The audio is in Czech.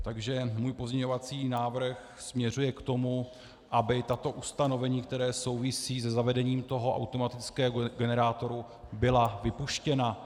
Takže můj pozměňovací návrh směřuje k tomu, aby tato ustanovení, která souvisí se zavedením toho automatického generátoru, byla vypuštěna.